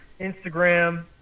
Instagram